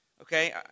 Okay